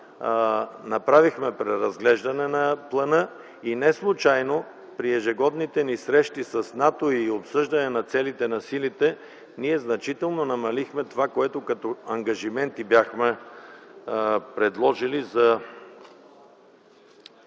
направи преразглеждане на плана. Не случайно при ежегодните ни срещи с НАТО и обсъждане на целите на силите ние значително намалихме това, което бяхме предложили като